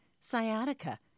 sciatica